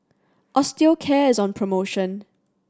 osteocare is on promotion